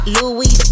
Louis